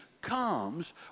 comes